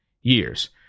years